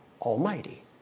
almighty